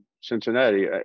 Cincinnati